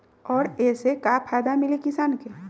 और ये से का फायदा मिली किसान के?